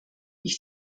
ich